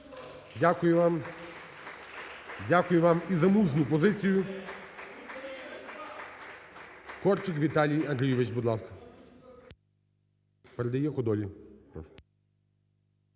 Дякую вам і за мужню позицію. Корчик Віталій Андрійович, будь ласка.